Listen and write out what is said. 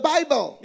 Bible